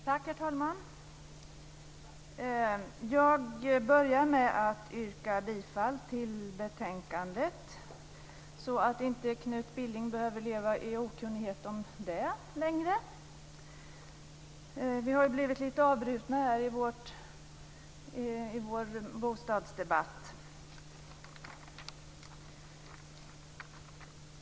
Herr talman! Jag börjar med att yrka bifall till hemställan i betänkandet så att inte Knut Billing behöver leva i okunnighet om det längre. Vi har ju blivit lite avbrutna här i vår bostadsdebatt.